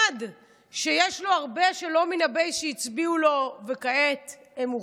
1. שיש לו הרבה שלא מן הבייס שהצביעו לו וכעת הם מאוכזבים,